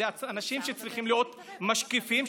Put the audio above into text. אלה אנשים שצריכים להיות משקיפים,